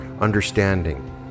understanding